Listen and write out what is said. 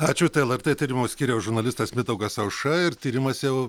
ačiū tai lrt tyrimų skyriaus žurnalistas mindaugas aušra ir tyrimas jau